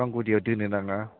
बिफां गुदियाव दोनो नाङा